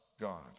God